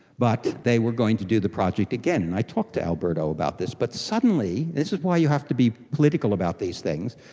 but they were going to do the project again. and i talked to alberto about this, but suddenly, this is why you have to be political about these things,